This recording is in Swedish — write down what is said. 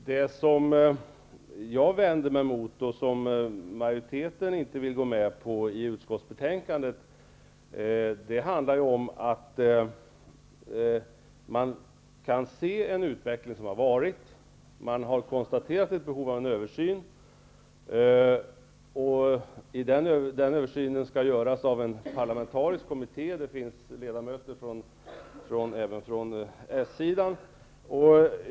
Herr talman! Det jag vänder mig emot och det som majoriteten inte vill gå med på i utskottsbetänkandet handlar om att man kan se en utveckling som har varit och man har konstaterat ett behov av en översyn. Den översynen skall göras av en parlamentarisk kommitté. I denna ingår ledamöter även från socialdemokraterna.